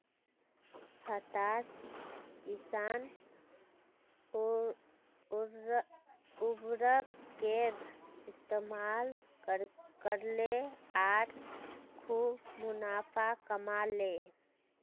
हताश किसान उर्वरकेर इस्तमाल करले आर खूब मुनाफ़ा कमा ले